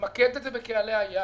למקד את זה בקהלי היעד.